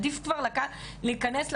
עדיף כבר להיכנס לאוטו,